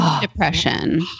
depression